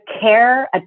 care